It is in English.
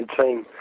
team